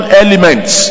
elements